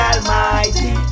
Almighty